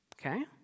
Okay